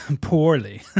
Poorly